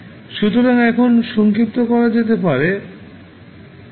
সুতরাং এখন সংক্ষিপ্ত করা যেতে পারে ইউনিট ইম্পালস কে